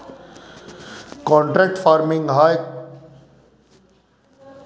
contract farming हा पीक खरेदीदार आणि विक्रेता यांच्यातील कराराचा एक प्रकार आहे